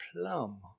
Plum